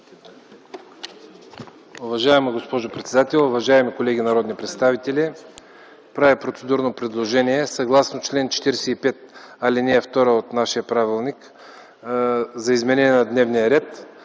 Уважаема госпожо председател, уважаеми колеги народни представители, правя процедурно предложение, съгласно чл. 45, ал. 2 от нашия правилник, за изменение на дневния ред